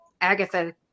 Agatha